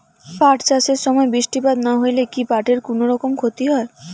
পাট চাষ এর সময় বৃষ্টিপাত না হইলে কি পাট এর কুনোরকম ক্ষতি হয়?